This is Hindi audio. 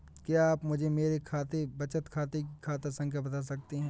क्या आप मुझे मेरे बचत खाते की खाता संख्या बता सकते हैं?